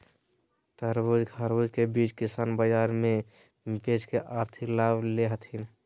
तरबूज, खरबूज के बीज किसान बाजार मे भी बेच के आर्थिक लाभ ले हथीन